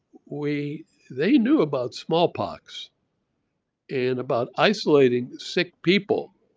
we they knew about smallpox and about isolating sick people,